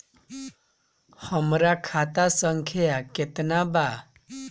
हमरा खाता संख्या केतना बा?